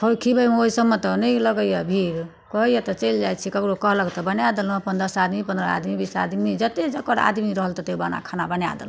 खियेबै मे ओइ सभमे तऽ नहि लगैये भीड़ कहैये तऽ चलि जाइ छी ककरो कहलक तऽ बनाय देलहुँ अपन दस आदमी पन्द्रह आदमी बीस आदमी जत्ते जकर आदमी रहल तत्ते बना खाना बनाय देलहुँ